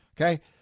okay